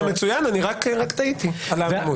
זה מצוין, רק תהיתי על העמימות.